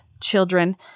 children